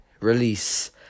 release